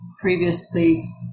previously